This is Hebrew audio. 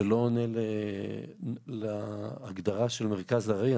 זה לא עונה להגדרה של מרכז ארעי.